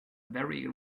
very